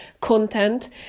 content